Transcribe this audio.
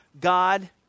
God